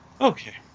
Okay